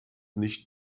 nicht